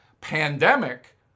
pandemic